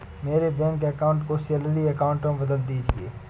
मेरे bank account को salary account में बदल दीजिए